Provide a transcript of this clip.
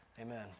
Amen